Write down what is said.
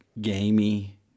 gamey